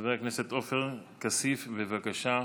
חבר הכנסת עופר כסיף, בבקשה.